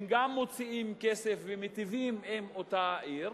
גם הם מוציאים כסף ומיטיבים עם אותה עיר.